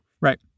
Right